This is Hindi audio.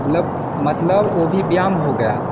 मतलब मतलब वह भी व्यायाम हो गया